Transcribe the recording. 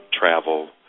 travel